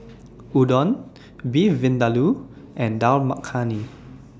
Udon Beef Vindaloo and Dal Makhani